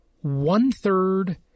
one-third